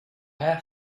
have